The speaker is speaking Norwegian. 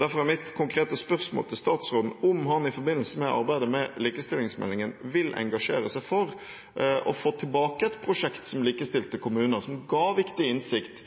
Derfor er mitt konkrete spørsmål til statsråden om han i forbindelse med arbeidet med likestillingsmeldingen vil engasjere seg for å få tilbake et prosjekt som Likestilte kommuner, som ga viktig innsikt